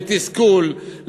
לתסכול,